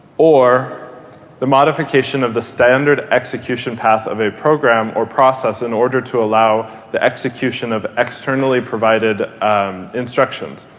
or the modification of the standard execution path of a program or process in order to allow the execution of externally provided instructions.